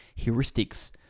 heuristics